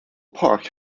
park